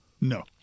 No